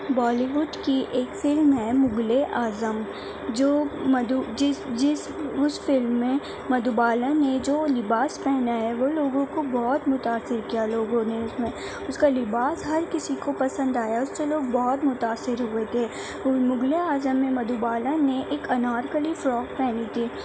بالی would کی ایک فِلم ہے مغلِ اعظم جو مدھو جس جس اُس فِلم میں مدھو بالا نے جو لباس پہنا ہے وہ لوگوں کو بہت متاثر کیا لوگوں نے اُس میں اُس کا لباس ہر کسی کو پسند آیا اُس سے لوگ بہت متاثر ہوٮٔے کہ مغلِ اعظم میں مدھو بالا نے ایک انار کلی فروک پہنی تھی